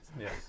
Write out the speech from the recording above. Yes